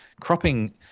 cropping